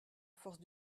force